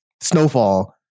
Snowfall